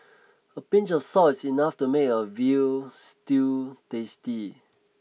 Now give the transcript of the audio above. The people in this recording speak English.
a pinch of salt is enough to make a veal stew tasty